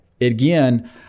again